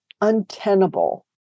untenable